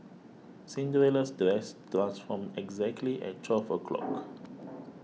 Cinderella's dress transformed exactly at twelve o' clock